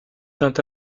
saint